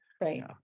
Right